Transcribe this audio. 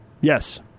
Yes